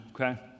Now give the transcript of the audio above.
okay